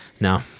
No